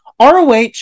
ROH